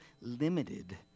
limited